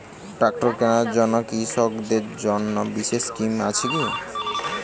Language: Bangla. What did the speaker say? ট্রাক্টর কেনার জন্য কৃষকদের জন্য বিশেষ স্কিম আছে কি?